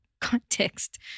context